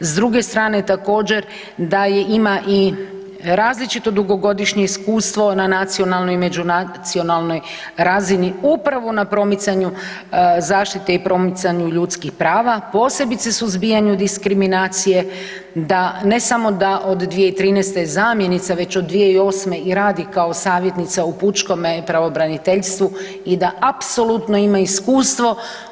S druge strane također da ima i različito dugogodišnje iskustvo na nacionalnoj i međunacionalnoj razini upravo na promicanju zaštite i promicanju ljudskih prava posebice suzbijanju diskriminacije, da, ne samo da od 2013. je zamjenica već od 2008. i radi kao savjetnica u pučkome pravobraniteljstvu i da apsolutno ima iskustvu.